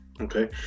Okay